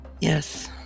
Yes